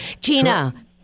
Gina